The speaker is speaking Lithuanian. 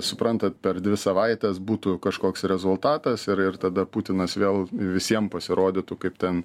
suprantat per dvi savaites būtų kažkoks rezultatas ir ir tada putinas vėl visiem pasirodytų kaip ten